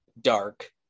dark